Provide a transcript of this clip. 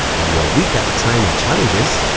if you're weak at the time of challenges,